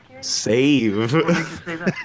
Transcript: Save